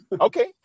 Okay